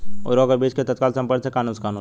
उर्वरक व बीज के तत्काल संपर्क से का नुकसान होला?